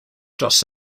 dros